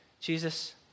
Jesus